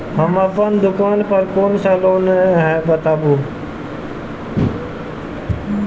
हम अपन दुकान पर कोन सा लोन हैं बताबू?